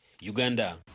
Uganda